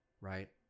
right